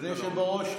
אדוני היושב בראש,